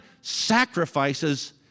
sacrifices